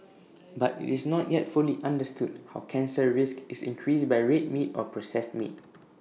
but IT is not yet fully understood how cancer risk is increased by red meat or processed meat